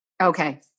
Okay